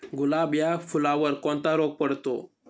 गुलाब या फुलावर कोणता रोग पडतो?